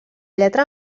lletra